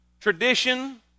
tradition